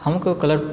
हमको कलर